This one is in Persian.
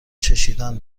چشیدن